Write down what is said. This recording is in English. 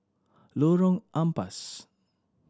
Lorong Ampas